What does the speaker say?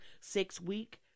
six-week